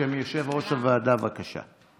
בשם יושב-ראש הוועדה, בבקשה.